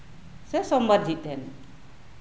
ᱥᱮ ᱥᱳᱢᱵᱟᱨ ᱡᱷᱤᱡ ᱛᱟᱸᱦᱮᱱᱟ